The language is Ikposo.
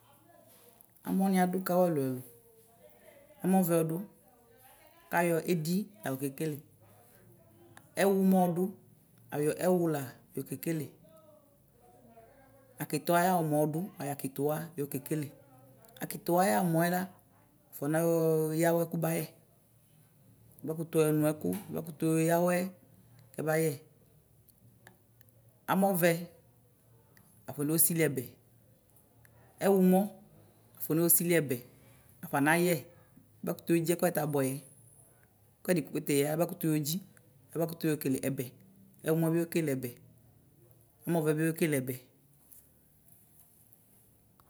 Amɔni adʋ kawʋ ɛlʋ ɛlʋ amɔvɛ ɔdʋ kayɔ edi layɔ kekele ɛwʋmɔ ɔdʋ ayɔ ɛwʋ la yɔkekele akitiwa ayʋ amɔ ɔdʋ ayɔ akitiwa la yɔkekele akitiwa ayʋ amɔɛla wʋfɔ nayɔ awɛ kʋbayɛ wʋbakʋtʋ yɔnʋ ɛkʋ abakʋtʋ yɔyaawɛ kɛbayɛ amɔvɛ afɔno sili ɛbɛ ɛwumɔ afɔno sili ɛbɛ afɔnayɛ abakʋtʋ yɔdzi ɛkʋɛ ta abʋɛyɛ ɛkʋɛdi kpe kpe ta eya abakʋtʋ yɔdzi abakʋtʋ yɔkekele ɛbɛ ɛwʋmɔ bi ekele ɛbɛ amɔvɛbi ekele ɛbɛ.